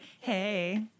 Hey